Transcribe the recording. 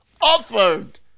offered